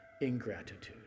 Ingratitude